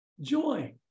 joy